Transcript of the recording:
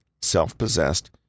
self-possessed